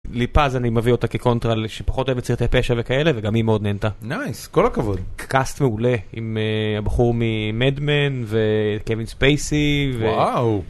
ליפז, אני מביא אותה כקונטרה שפחות אוהבת סרטי פשע וכאלה וגם היא מאוד נהנתה. נייס, כל הכבוד. קאסט מעולה עם הבחור ממד-מן וקווין ספייסי.